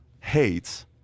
hates